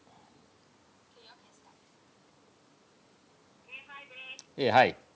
eh hi